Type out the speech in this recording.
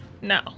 No